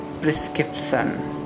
Prescription